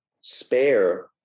spare